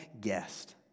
guest